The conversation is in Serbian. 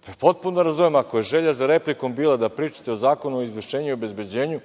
zakon. Potpuno razumem, ako je želja za replikom bila da pričate o Zakonu o izvršenju i obezbeđenju,